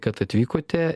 kad atvykote